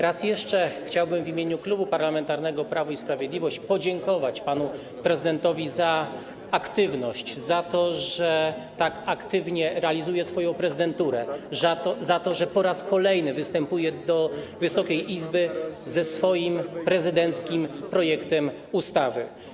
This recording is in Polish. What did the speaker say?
Raz jeszcze chciałbym w imieniu Klubu Parlamentarnego Prawo i Sprawiedliwość podziękować panu prezydentowi za aktywność, za to, że tak aktywnie realizuje swoją prezydenturę, za to, że po raz kolejny występuje do Wysokiej Izby ze swoim prezydenckim projektem ustawy.